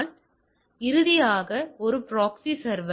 எனவே இறுதியாக நேட்டிங் ஒரு ப்ராக்ஸி சர்வரா